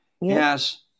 Yes